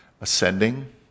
ascending